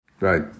Right